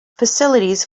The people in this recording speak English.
facilities